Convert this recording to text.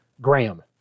Graham